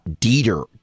Dieter